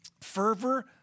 fervor